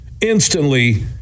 instantly